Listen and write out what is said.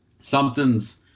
Something's